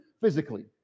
physically